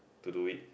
to do it